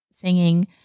singing